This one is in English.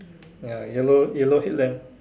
ya yellow yellow headlamp